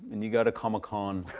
and you go to comic-con